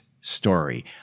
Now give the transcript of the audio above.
story